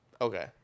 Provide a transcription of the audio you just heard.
Okay